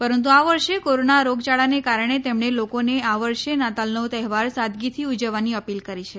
પરંતુ આ વર્ષે કોરોના રોગયાળાને કારણે તેમણે લોકોને આ વર્ષે નાતાલનો તહેવાર સાદગીથી ઉજવવાની અપીલ કરી છે